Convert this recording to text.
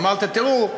אמרת: תראו,